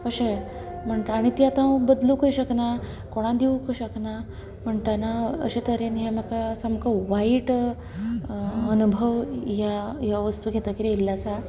अशें म्हणटा नी आता बदलूकय शकना कोणांक दिवकय शकना म्हणटना अशें तरेन हें म्हाका सामके वायट अणभव ह्यो वस्तू घेतकीर येयल्लो आसा